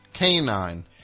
Canine